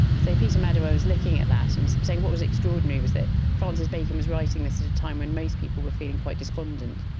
so peter medawar was looking at that and saying what was extraordinary was that francis bacon was writing this at a time when most people were feeling quite despondent,